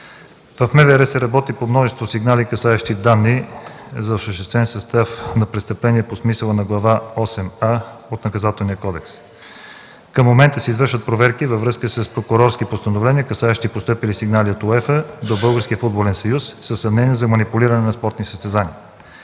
В МВР се работи по множество сигнали, касаещи данни за осъществен състав на престъпление по смисъла на Глава осем „а” от Наказателния кодекс. Към момента се извършват проверки във връзка с прокурорски постановления, касаещи постъпили сигнали от УЕФА до Българския футболен съюз, със съмнения за манипулиране на спортни състезания.